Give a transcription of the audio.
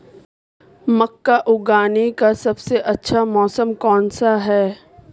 मक्का उगाने का सबसे अच्छा मौसम कौनसा है?